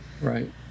Right